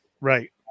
Right